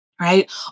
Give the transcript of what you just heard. right